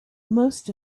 most